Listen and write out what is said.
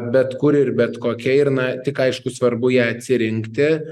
bet kur ir bet kokia ir na tik aišku svarbu ją atsirinkti